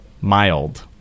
mild